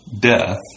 death